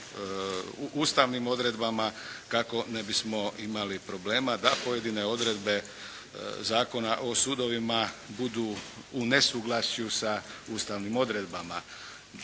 ustavnim odredbama kako ne bismo imali problema da pojedine odredbe Zakona o sudovima budu u nesuglasju sa ustavnim odredbama.